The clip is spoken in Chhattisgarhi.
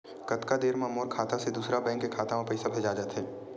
कतका देर मा मोर खाता से दूसरा बैंक के खाता मा पईसा भेजा जाथे?